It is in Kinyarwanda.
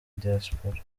diaspora